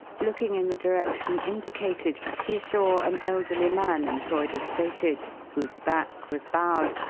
looking in the direction indicated, he saw an elderly man employed as stated, whose back was bowed,